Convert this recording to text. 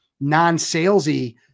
non-salesy